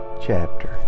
chapter